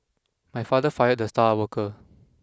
my father fired the star worker